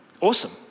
awesome